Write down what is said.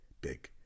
big